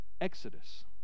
Exodus